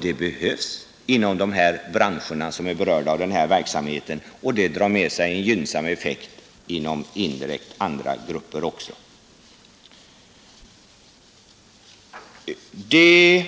Det behövs inom de branscher som är berörda av den här verksamheten, och det drar med sig en gynnsam effekt indirekt inom andra grupper också. Det